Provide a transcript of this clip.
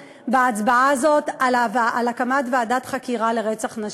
בהצבעה הזאת על הקמת ועדת חקירה לרצח נשים.